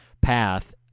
path